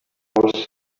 was